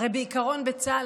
הרי בעיקרון בצה"ל,